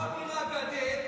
20 שנה בקואליציה,